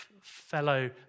fellow